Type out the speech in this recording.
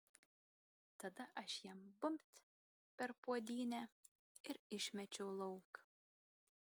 tada aš jam bumbt per puodynę ir išmečiau lauk